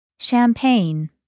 Champagne